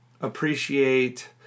appreciate